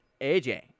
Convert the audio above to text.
AJ